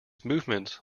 movements